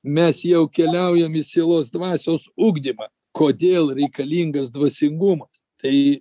mes jau keliaujam į sielos dvasios ugdymą kodėl reikalingas dvasingumas tai